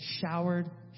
showered